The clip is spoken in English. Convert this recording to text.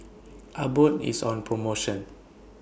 Abbott IS on promotion